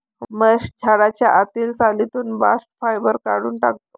महेश झाडाच्या आतील सालीतून बास्ट फायबर काढून टाकतो